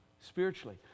spiritually